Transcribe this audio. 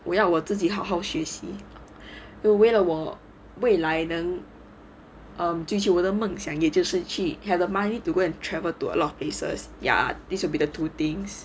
我要我自己好好学习我为了我未来能 um 追求我的梦想也就是去 have the money to go and travel to a lot of places ya this will be the two things